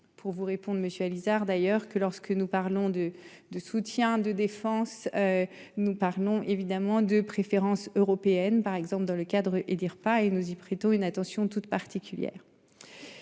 Pour vous répondent monsieur Alizart d'ailleurs que lorsque nous parlons de de soutien de défense. Nous parlons évidemment de préférence européenne, par exemple dans le cadre et dire pas et nous y prêtons une attention toute particulière.